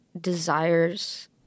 desires